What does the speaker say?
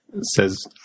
says